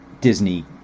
disney